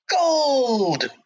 gold